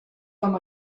com